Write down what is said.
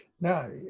Now